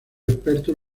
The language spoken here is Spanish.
expertos